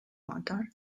motor